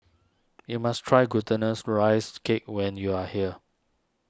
you must try Glutinous Rice Cake when you are here